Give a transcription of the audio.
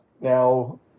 now